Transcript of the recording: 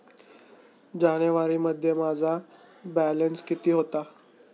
जानेवारीमध्ये माझा बॅलन्स किती होता?